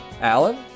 Alan